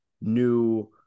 new